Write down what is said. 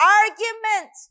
argument